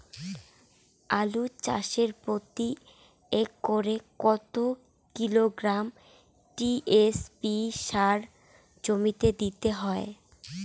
আলু চাষে প্রতি একরে কত কিলোগ্রাম টি.এস.পি সার জমিতে দিতে হয়?